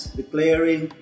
declaring